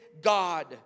God